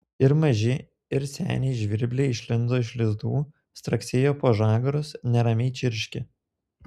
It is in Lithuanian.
ir maži ir seniai žvirbliai išlindo iš lizdų straksėjo po žagarus neramiai čirškė